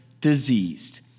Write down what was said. diseased